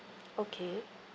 okay